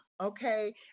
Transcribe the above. okay